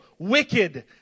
wicked